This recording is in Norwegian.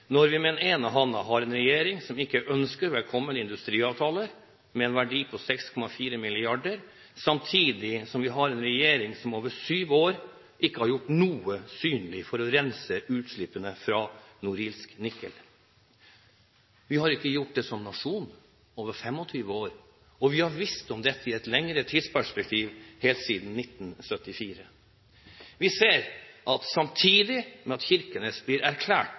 når vi har en regjering som ikke ønsker velkommen industriavtaler til en verdi av 6,4 mrd. kr, samtidig som vi har en regjering som over syv år ikke har gjort noe synlig for å rense utslippene fra Norilsk Nickel. Vi har ikke gjort noe som nasjon over 25 år, og vi har visst om dette i et lengre tidsperspektiv, helt siden 1974. Vi ser at samtidig med at Kirkenes blir erklært